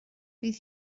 bydd